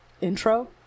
intro